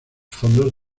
fondos